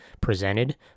presented